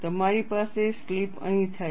તમારી પાસે સ્લિપ અહીં થાય છે